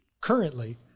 currently